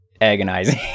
agonizing